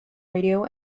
radio